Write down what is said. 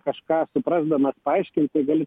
kažką suprasdamas paaiškinti gali